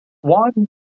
one